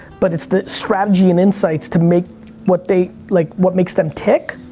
but it's the strategy and insights to make what they like, what makes them tick.